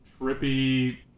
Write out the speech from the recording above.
trippy